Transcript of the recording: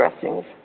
dressings